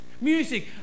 Music